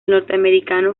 norteamericano